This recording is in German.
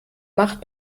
macht